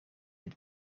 het